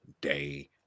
day